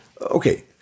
Okay